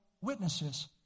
witnesses